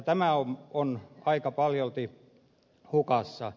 tämä on aika paljolti hukassa